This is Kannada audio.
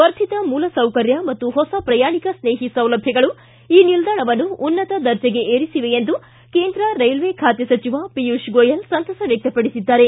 ವರ್ಧಿತ ಮೂಲಸೌಕರ್ಯ ಮತ್ತು ಹೊಸ ಪ್ರಯಾಣಿಕ ಸ್ನೇಹಿ ಸೌಲಭ್ಯಗಳು ಈ ನಿಲ್ದಾಣವನ್ನು ಉನ್ನತ ದರ್ಜೆಗೆ ಏರಿಸಿವೆ ಎಂದು ಕೇಂದ್ರ ರೈಲ್ವೆ ಖಾತೆ ಸಚಿವ ಪಿಯೂಷ್ ಗೋಯೆಲ್ ಸಂತಸ ವ್ಯಕ್ತಪಡಿಸಿದ್ದಾರೆ